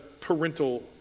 Parental